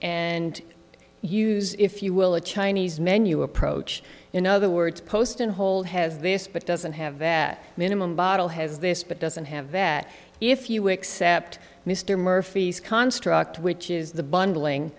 and use if you will the chinese menu approach in other words post in whole has this but doesn't have that minimum bottle has this but doesn't have that if you accept mr murphy's construct which is the bundling